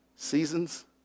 seasons